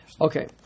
Okay